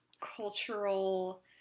cultural